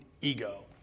ego